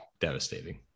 devastating